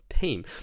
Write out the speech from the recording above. team